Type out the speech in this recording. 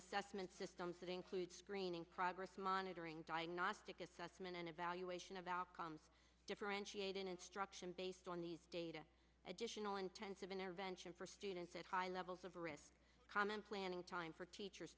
assessment systems that include screening progress monitoring diagnostic assessment and evaluation of outcomes differentiated instruction based on these data additional intensive intervention for students at high levels of risk comment planning time for teachers